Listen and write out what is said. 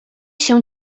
się